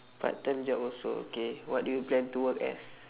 part-time job also okay what do you plan to work as